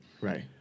Right